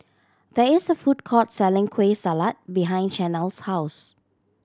there is a food court selling Kueh Salat behind Shanell's house